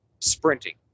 sprinting